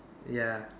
ya